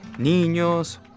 Niños